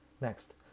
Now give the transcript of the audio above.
Next